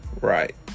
Right